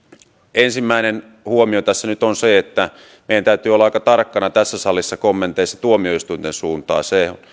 ensimmäinen huomio tässä nyt on se että meidän täytyy olla aika tarkkana tässä salissa kommenteissa tuomioistuinten suuntaan